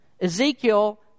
Ezekiel